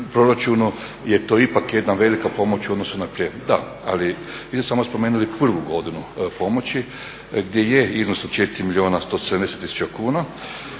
proračunu je to ipak jedna velika pomoć u odnosu na prije. Da, ali vi ste samo spomenuli prvu godinu pomoći gdje je iznos od 4 milijuna i 170 tisuća kuna,